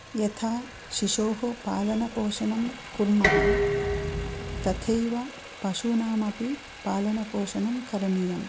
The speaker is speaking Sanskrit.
यथा शिशोः पालनपोषणं कुर्मः तथैव पशूनामपि पालनपोषणं करणीयम्